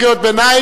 אין קריאות ביניים,